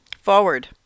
forward